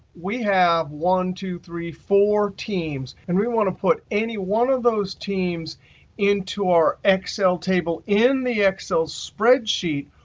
we have one, two, three, four teams. and we want to put any one of those teams into our excel table in the excel spreadsheet,